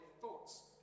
thoughts